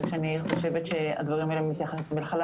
אני חושבת שהדברים האלה מתייחסים לכלל